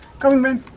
government